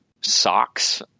socks